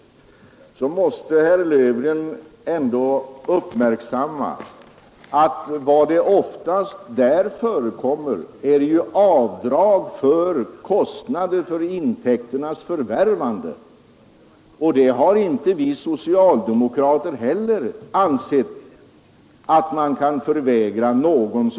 Jag vill då fästa uppmärksamheten på att vad man på borgerligt håll brukar ta upp gäller frågan om avdrag för kostnader för intäkternas förvärvande, och det har inte heller vi socialdemokrater ansett att man kan förvägra någon.